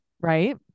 right